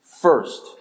First